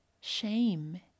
shame